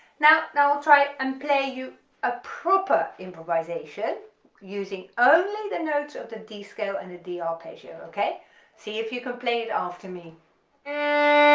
now now i'll try and play you a proper improvisation using only the notes of the d scale and the d arpeggio okay see if you can play it after me and